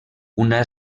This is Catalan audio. una